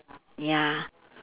ya